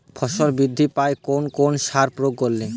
ফসল বৃদ্ধি পায় কোন কোন সার প্রয়োগ করলে?